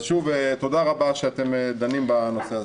אז שוב תודה רבה שאתם דנים בנושא.